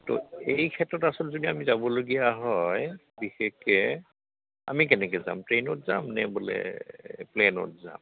তো এই ক্ষেত্ৰত আচলতে যদি আমি যাবলগীয়া হয় বিশেষকৈ আমি কেনেকৈ যাম ট্ৰেইনত যাম নে বোলে প্লেনত যাম